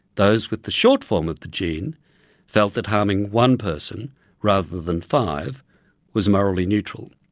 those with the short form of the gene felt that harming one person rather than five was morally neutral.